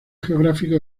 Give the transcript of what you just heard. geográfico